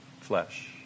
flesh